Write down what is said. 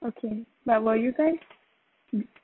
okay but will you guys mm